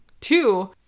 Two